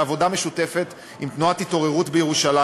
בעבודה משותפת עם תנועת "התעוררות" בירושלים,